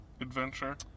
adventure